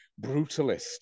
brutalist